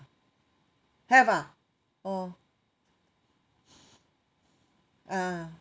have ah oh ah